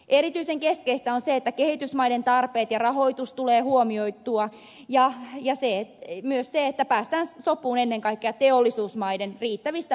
erityisen keskeistä on se että kehitysmaiden tarpeet ja rahoitus tulee huomioitua ja myös se että päästään sopuun ennen kaikkea teollisuusmaiden riittävistä päästövähennyksistä